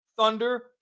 Thunder